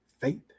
faith